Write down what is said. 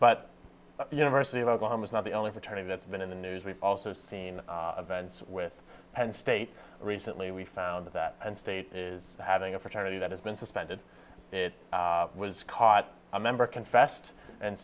but the university of oklahoma is not the only fraternity that's been in the news we've also seen events with penn state recently we found that and state is having a fraternity that has been suspended it was caught a member confessed and